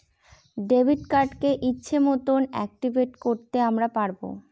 debit কার্ডকে ইচ্ছে মতন অ্যাকটিভেট করতে আমরা পারবো